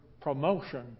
promotion